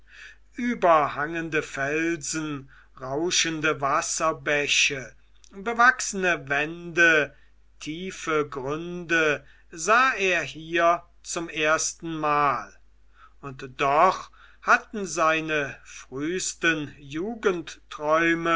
überhangende felsen rauschende wasserbäche bewachsene wände tiefe gründe sah er hier zum erstenmal und doch hatten seine frühsten